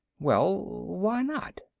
well, why not?